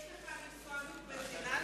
יש לך ניסיון בפיננסים?